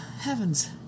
heavens